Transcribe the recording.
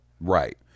Right